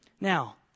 Now